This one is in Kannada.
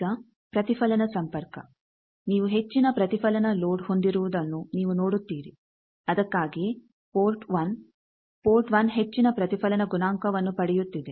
ಈಗ ಪ್ರತಿಫಲನ ಸಂಪರ್ಕ ನೀವು ಹೆಚ್ಚಿನ ಪ್ರತಿಫಲನ ಲೋಡ್ ಹೊಂದಿರುವುದನ್ನು ನೀವು ನೋಡುತ್ತೀರಿ ಅದಕ್ಕಾಗಿಯೇ ಪೋರ್ಟ್ 1 ಪೋರ್ಟ್ 1 ಹೆಚ್ಚಿನ ಪ್ರತಿಫಲನ ಗುಣಾಂಕವನ್ನು ಪಡೆಯುತ್ತಿದೆ